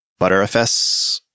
ButterFS